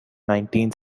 nineteen